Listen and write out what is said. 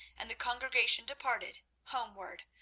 and the congregation departed homeward,